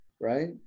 right